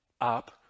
up